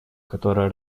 которая